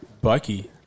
Bucky